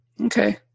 okay